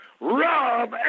Rob